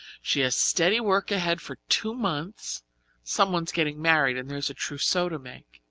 she has steady work ahead for two months someone's getting married, and there's a trousseau to make.